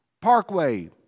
Parkway